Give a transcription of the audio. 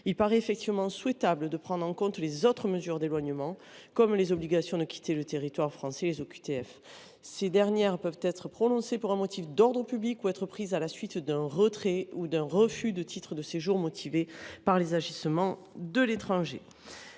Il paraît en effet souhaitable de prendre en compte les autres mesures d’éloignement, comme les OQTF. Ces dernières peuvent être prononcées pour un motif d’ordre public ou être prises à la suite d’un retrait ou d’un refus de titre de séjour motivé par les agissements de l’étranger.